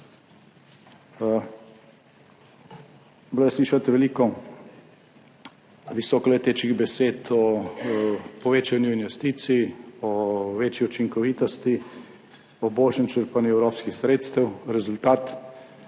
Bilo je slišati veliko visokoletečih besed o povečanju investicij, o večji učinkovitosti, o boljšem črpanju evropskih sredstev. Rezultat,